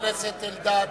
חבר הכנסת אלדד